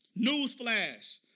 Newsflash